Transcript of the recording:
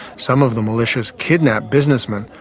some of the militias kidnap businessmen,